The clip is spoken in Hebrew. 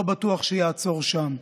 לא בטוח שיעצור שם.